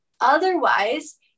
Otherwise